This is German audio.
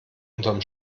unterm